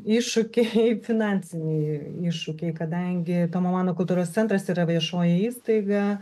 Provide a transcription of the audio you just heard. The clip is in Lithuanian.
iššūkiai finansiniai iššūkiai kadangi tomo mano kultūros centras yra viešoji įstaiga